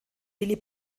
willi